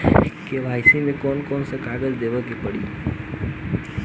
KYC मे कौन कौन कागज देवे के पड़ी?